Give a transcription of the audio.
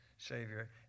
Savior